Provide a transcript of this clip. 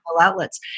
outlets